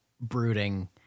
brooding